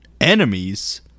enemies